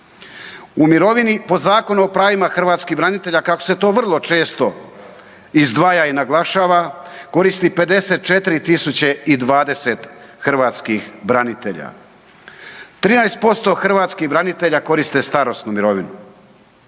U mirovini po Zakonu o pravima hrvatskih branitelja kako se to vrlo često izdvaja i naglašava koristi 54 020 hrvatskih branitelja. 13% hrvatskih branitelja koriste starosnu mirovinu.